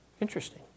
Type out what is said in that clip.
Interesting